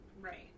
right